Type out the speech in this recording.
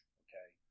okay